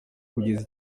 kugeza